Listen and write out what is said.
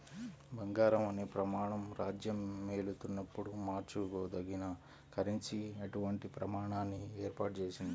బంగారం అనే ప్రమాణం రాజ్యమేలుతున్నప్పుడు మార్చుకోదగిన కరెన్సీ అటువంటి ప్రమాణాన్ని ఏర్పాటు చేసింది